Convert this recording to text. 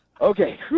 Okay